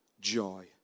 joy